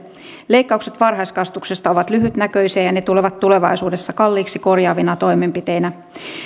leikkaukset varhaiskasvatuksesta ovat lyhytnäköisiä ja ne tulevat tulevaisuudessa kalliiksi korjaavina toimenpiteinä